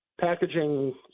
packaging